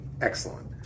excellent